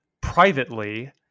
privately